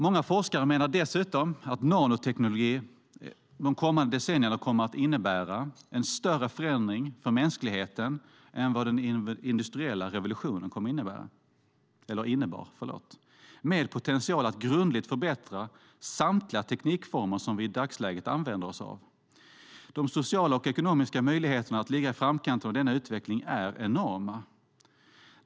Många forskare menar dessutom att nanoteknologi, alltså det fjärde området, under de kommande decennierna kommer att innebära en större förändring för mänskligheten än vad den industriella revolutionen innebar, med potential att grundligt förbättra samtliga teknikformer vi i dagsläget använder oss av. De sociala och ekonomiska möjligheterna att ligga i framkant av denna utveckling är enorma.